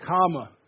comma